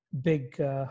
big